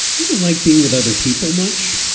i don't like being with other people much